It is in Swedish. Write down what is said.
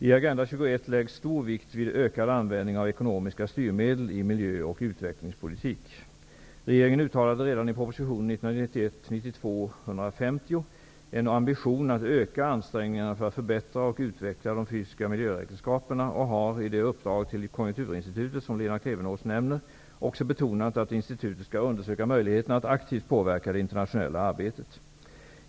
I Agenda 21 läggs stor vikt vid ökad användning av ekonomiska styrmedel i miljö och utvecklingspolitik. Regeringen uttalade redan i propositionen 1991/92:150 en ambition att öka ansträngningarna för att förbättra och utveckla de fysiska miljöräkenskaperna och har, i det uppdrag till Konjunkturinstitutet som Lena Klevenås nämner, också betonat att institutet skall undersöka möjligheterna att aktivt påverka det internationella arbetet.